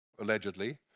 allegedly